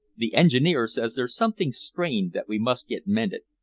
the engineer says there's something strained that we must get mended.